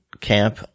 Camp